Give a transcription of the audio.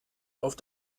auf